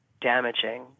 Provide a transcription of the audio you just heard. damaging